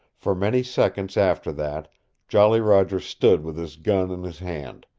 for many seconds after that jolly roger stood with his gun in his hand,